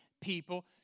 people